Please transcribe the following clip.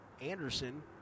Anderson